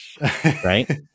right